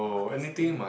all these thing